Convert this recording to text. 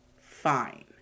fine